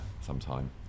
sometime